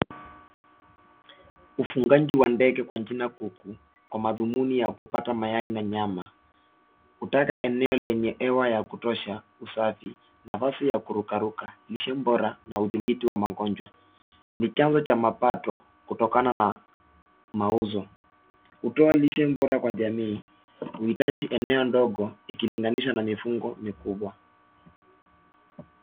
Ufugaji wa ndege kwa jina kuku kwa madhumuni ya kupata mayai na nyama hutaka eneo lenye hewa ya kutosha, usafi, nafasi ya kurukaruka, lishe bora na udhibiti wa magonjwa. Ni chanzo cha mapato kutokana na mauzo. Hutoa lishe bora kwa jamii. Huhitaji eneo dogo ikilinganishwa na mifugo mikubwa.